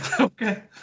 Okay